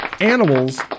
animals